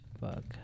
bug